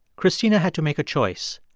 cristina had to make a choice.